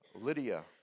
Lydia